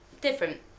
Different